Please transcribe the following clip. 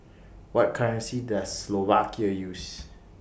What currency Does Slovakia use